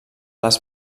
les